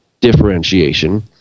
differentiation